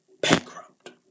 bankrupt